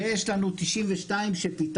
ויש לנו 92 שפיטרנו.